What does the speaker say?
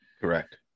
Correct